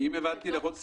אם הבנתי נכון,